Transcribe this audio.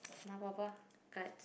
nah papa cards